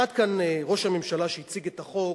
עמד כאן ראש הממשלה שהציג את החוק,